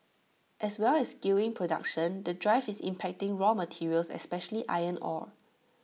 as well as skewing production the drive is impacting raw materials especially iron ore